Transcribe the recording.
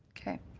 okay.